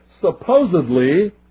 Supposedly